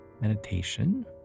meditation